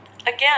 Again